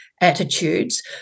Attitudes